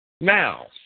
Now